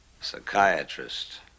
Psychiatrist